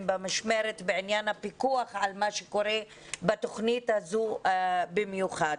במשמרת בעניין הפיקוח על מה שקורה בתוכנית הזו במיוחד.